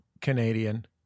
Canadian